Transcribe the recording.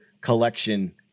collection